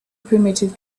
primitive